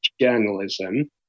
journalism